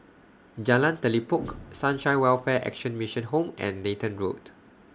Jalan Telipok Sunshine Welfare Action Mission Home and Nathan Road